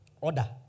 order